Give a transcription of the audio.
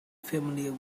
familiar